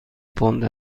پوند